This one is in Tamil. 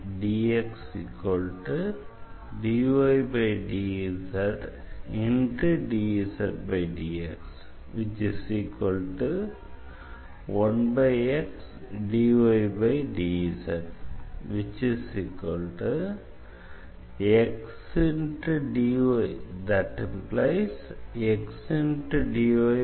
vlcsnap 2019 04 15 10h35m14s552